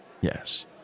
Yes